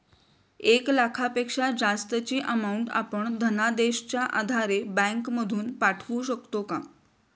एक लाखापेक्षा जास्तची अमाउंट आपण धनादेशच्या आधारे बँक मधून पाठवू शकतो का?